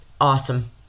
Awesome